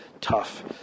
tough